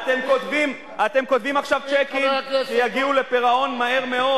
אתם כותבים עכשיו צ'קים שיגיעו לפירעון מהר מאוד,